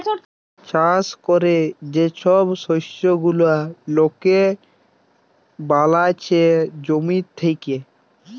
চাষ ক্যরে যে ছব শস্য গুলা লকে বালাচ্ছে জমি থ্যাকে